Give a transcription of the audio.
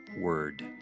word